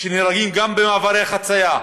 שנהרגים גם במעברי חציה,